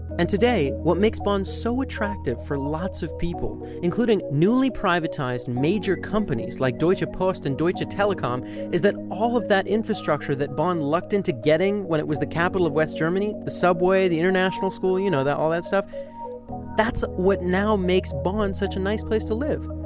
and today, what makes bonn so attractive for lots of people, including newly privatized, major companies like deutsche post and deutsche ah telekom is that all of that infrastructure that bonn lucked into getting when it was the capital of west germany the subway, the international school, you know, all that stuff that's what now makes bonn such a nice place to live.